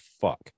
fuck